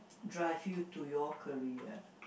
drive you to your career